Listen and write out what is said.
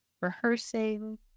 rehearsing